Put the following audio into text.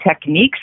techniques